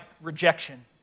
rejection